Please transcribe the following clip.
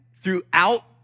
throughout